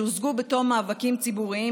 שהושגו בתום מאבקים ציבוריים,